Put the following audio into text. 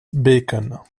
bacon